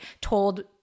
told